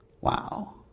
Wow